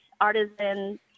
artisans